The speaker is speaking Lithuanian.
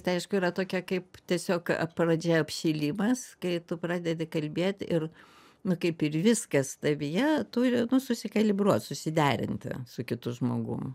tai aišku yra tokia kaip tiesiog pradžia apšilimas kai tu pradedi kalbėt ir kaip nu ir viskas tavyje turi nu susikalibruot susiderinti su kitu žmogum